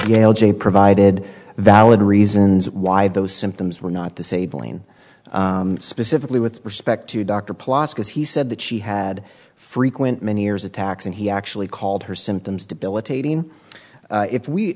gale jay provided valid reasons why those symptoms were not disabling specifically with respect to dr plaza because he said that she had frequent many years attacks and he actually called her symptoms debilitating if we